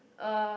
uh